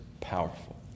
powerful